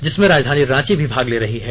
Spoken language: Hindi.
जिसमें राजधानी रांची भी भाग ले रही है